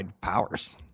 powers